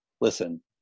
listen